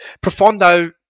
profondo